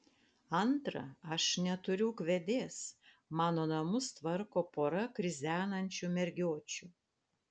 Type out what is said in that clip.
antra aš neturiu ūkvedės mano namus tvarko pora krizenančių mergiočių